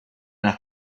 las